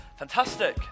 Fantastic